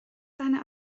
seine